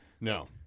No